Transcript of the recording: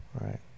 right